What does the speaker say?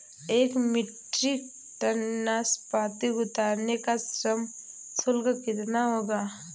एक metric tonne नाशपाती उतारने का श्रम शुल्क कितना होगा?